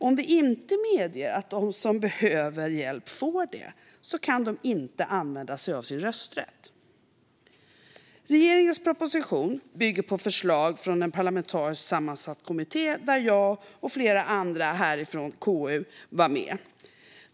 Om vi inte medger att de som behöver hjälp får det kan de inte använda sig av sin rösträtt. Regeringens proposition bygger på förslag från en parlamentariskt sammansatt kommitté där jag och flera härifrån KU var med.